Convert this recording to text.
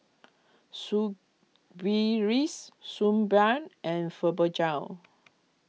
Suu Balm and Fibogel